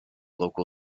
local